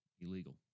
illegal